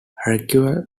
reveals